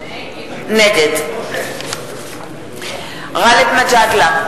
נגד גאלב מג'אדלה,